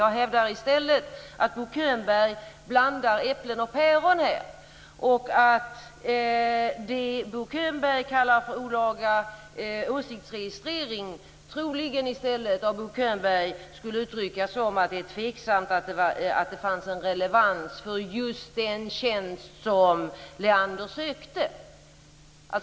Jag hävdar att Bo Könberg blandar äpplen och päron här. Det som av Bo Könberg kallas för olaga åsiktsregistrering skulle troligen i stället uttryckas så, att det är tveksamt om det fanns någon relevans för just den tjänst som Leander sökte.